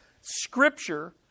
Scripture